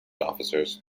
officers